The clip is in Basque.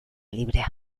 librea